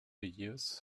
years